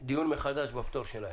דיון מחדש בפטור שלהם.